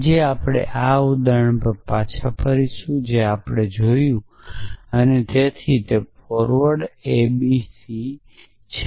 આજે આપણે આ ઉદાહરણ પર પાછા જઈશું જે આપણે જોયું અને તેથી ફોરવર્ડ a b c છે